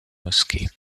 mosquée